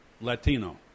Latino